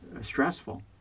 stressful